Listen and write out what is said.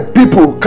people